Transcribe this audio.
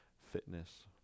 fitness